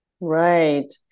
Right